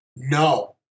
No